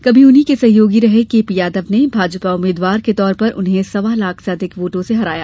कभी उन्हीं के सहयोगी रहे के पी यादव ने भाजपा उम्मीदवार के तौर पर उन्हें सवा लाख से अधिक वोटों से हराया